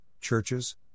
Churches